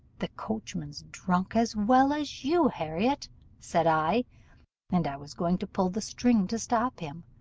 the coachman's drunk as well as you, harriot said i and i was going to pull the string to stop him,